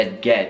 get